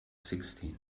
sixteen